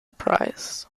prize